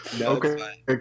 okay